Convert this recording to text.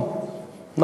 אתם חושפים אותנו ליבוא.